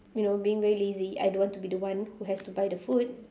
you know being very lazy I don't want to be the one who has to buy the food